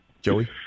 Joey